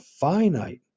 finite